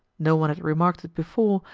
no one had remarked it before,